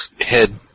head